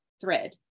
thread